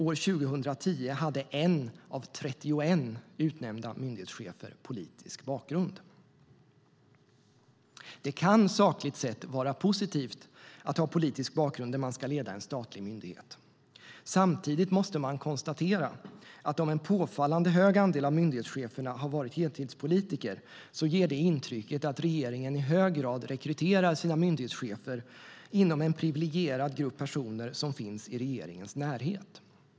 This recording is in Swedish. År 2010 hade 1 av 31 utnämnda myndighetschefer politisk bakgrund. Sakligt sett kan det vara positivt att ha politisk bakgrund när man ska leda en statlig myndighet. Samtidigt måste det konstateras att om en påfallande stor andel av myndighetscheferna varit heltidspolitiker ger det intrycket att regeringen i hög grad rekryterar sina myndighetschefer inom en privilegierad grupp personer som finns i regeringens närhet.